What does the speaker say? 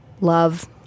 love